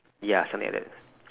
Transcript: ya something like that